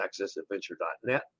accessadventure.net